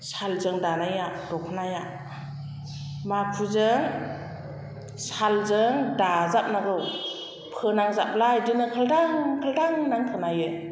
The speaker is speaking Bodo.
सालजों दानाया दखनाया माखुजों सालजों दाजाबनांगौ फोनांजाब्ला बिदिनो खाल्थां खाल्थां होननानै खोनायो